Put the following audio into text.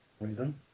reason